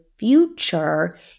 future